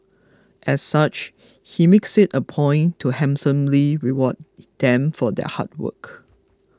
as such he makes it a point to handsomely reward them for their hard work